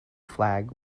flag